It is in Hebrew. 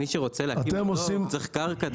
מי שרוצה להקים מרלו"ג צריך קרקע,